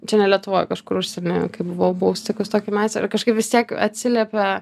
čia ne lietuvoj kažkur užsieny kai buvau buvau sutikus tokį meistrą ir kažkaip vis tiek atsiliepia